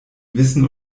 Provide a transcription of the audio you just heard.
wissen